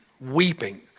weeping